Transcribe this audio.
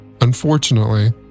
Unfortunately